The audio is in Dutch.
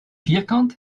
vierkant